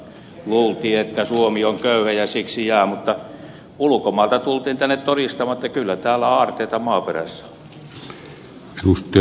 luultiin että suomi on köyhä ja siksi jää mutta ulkomailta tultiin tänne todistamaan että kyllä täällä on aarteita maaperässä